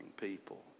people